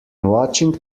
watching